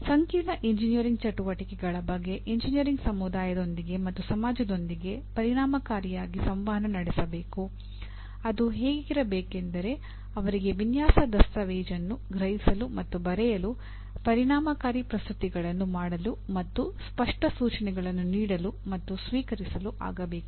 ಸಂಕೀರ್ಣ ಎಂಜಿನಿಯರಿಂಗ್ ಚಟುವಟಿಕೆಗಳ ಬಗ್ಗೆ ಎಂಜಿನಿಯರಿಂಗ್ ಸಮುದಾಯದೊಂದಿಗೆ ಮತ್ತು ಸಮಾಜದೊಂದಿಗೆ ಪರಿಣಾಮಕಾರಿಯಾಗಿ ಸಂವಹನ ನಡೆಸಬೇಕು ಅದು ಹೇಗಿರಬೇಕೆಂದರೆ ಅವರಿಗೆ ವಿನ್ಯಾಸ ದಸ್ತಾವೇಜನ್ನು ಗ್ರಹಿಸಲು ಮತ್ತು ಬರೆಯಲು ಪರಿಣಾಮಕಾರಿ ಪ್ರಸ್ತುತಿಗಳನ್ನು ಮಾಡಲು ಮತ್ತು ಸ್ಪಷ್ಟ ಸೂಚನೆಗಳನ್ನು ನೀಡಲು ಮತ್ತು ಸ್ವೀಕರಿಸಲು ಆಗಬೇಕು